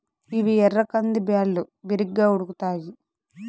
ఇవి ఎర్ర కంది బ్యాళ్ళు, బిరిగ్గా ఉడుకుతాయి